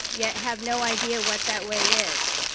yet have no idea what that way is.